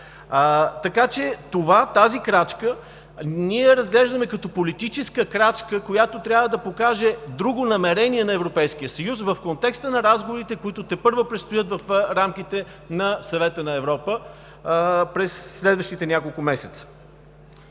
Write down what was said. Така че тази крачка я разглеждаме като политическа, която трябва да покаже друго намерение на Европейския съюз в контекста на разговорите, които тепърва предстоят в рамките на Съвета на Европа през следващите няколко месеца.